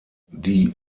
die